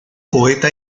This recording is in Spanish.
poeta